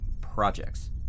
projects